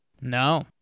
No